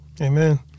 Amen